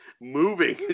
moving